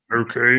okay